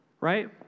right